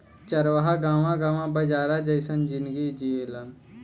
चरवाह गावं गावं बंजारा जइसन जिनगी जिऐलेन